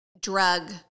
drug